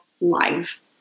live